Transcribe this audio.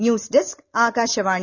news desk Akashvani